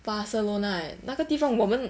barcelona leh 那个地方我们